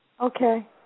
Okay